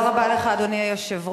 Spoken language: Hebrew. תודה רבה לך, אדוני היושב-ראש.